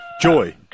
Joy